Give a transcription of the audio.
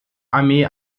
armee